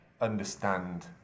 understand